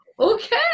okay